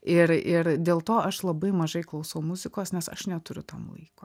ir ir dėl to aš labai mažai klausau muzikos nes aš neturiu tam laiko